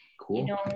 Cool